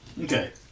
Okay